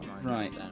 Right